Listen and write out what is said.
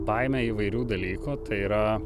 baimė įvairių dalykų tai yra